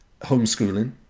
homeschooling